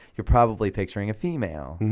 you're probably picturing a female.